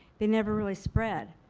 they never really spread.